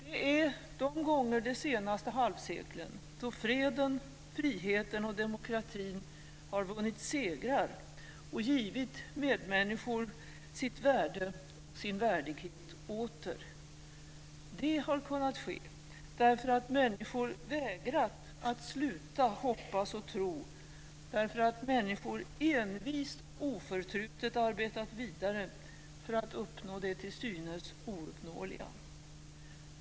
Det är de gånger det senaste halvseklet då freden, friheten och demokratin har vunnit segrar och givit medmänniskor sitt värde och sin värdighet åter. Det har kunnat ske därför att människor vägrat att sluta hoppas och tro, därför att människor envist och oförtrutet arbetat vidare för att uppnå det till synes ouppnåeliga.